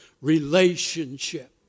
relationship